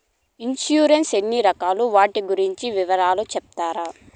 Insurance ఎన్ని రకాలు వాటి గురించి వివరాలు సెప్తారా?